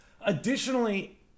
Additionally